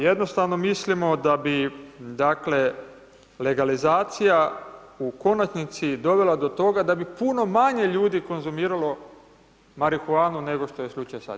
Jednostavno mislimo da bi dakle legalizacija u konačnici dovela do toga da bi puno manje ljudi konzumiralo marihuanu nego što je slučaj sada.